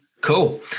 Cool